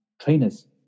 trainers